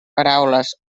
paraules